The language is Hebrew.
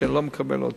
הוא לא מקבל עותק.